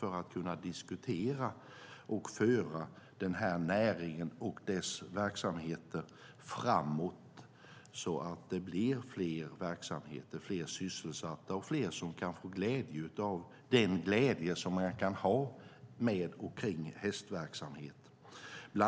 Där kan man diskutera och föra den här näringen framåt för att få fler verksamheter, fler sysselsatta och fler som kan få känna glädje av att ägna sig åt hästverksamhet.